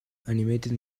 animated